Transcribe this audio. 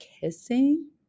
kissing